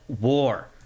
War